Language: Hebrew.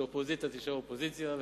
שאופוזיציה תישאר אופוזיציה,